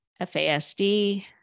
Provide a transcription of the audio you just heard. FASD